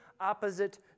opposite